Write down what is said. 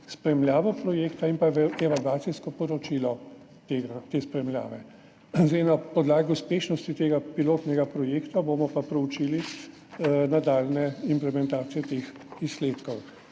spremljavo projekta in evalvacijsko poročilo te spremljave. Na podlagi uspešnosti tega pilotnega projekta bomo pa preučili nadaljnje implementacije teh izsledkov.